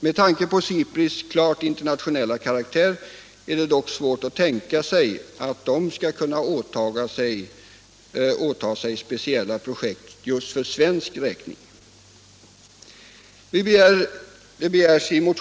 Med tanke på SIPRI:s klart internationella karaktär är det dock svårt att tänka sig att institutet skall kunna åta sig speciella projekt just för svensk räkning.